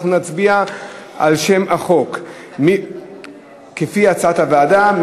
אנחנו נצביע על שם החוק כהצעת הוועדה.